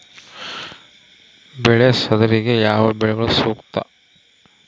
ಬೆಳೆ ಸರದಿಗೆ ಯಾವ ಬೆಳೆಗಳು ಸೂಕ್ತ?